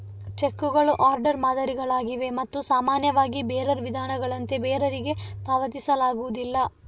ಚೆಕ್ಕುಗಳು ಆರ್ಡರ್ ಮಾದರಿಗಳಾಗಿವೆ ಮತ್ತು ಸಾಮಾನ್ಯವಾಗಿ ಬೇರರ್ ವಿಧಾನಗಳಂತೆ ಬೇರರಿಗೆ ಪಾವತಿಸಲಾಗುವುದಿಲ್ಲ